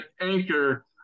anchor